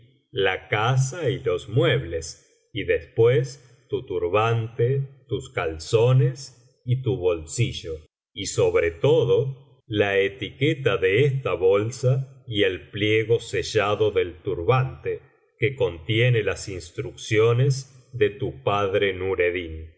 la casa y los muebles y después tu turbante tus calzones y tu bolsillo y sobre todo la etiqueta de esta bolsa y el pliego sellado del turbante que contiene las instrucciones de tu padre nureddin